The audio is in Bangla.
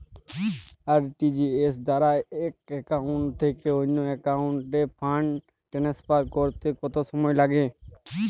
আর.টি.জি.এস দ্বারা এক একাউন্ট থেকে অন্য একাউন্টে ফান্ড ট্রান্সফার করতে কত সময় লাগে?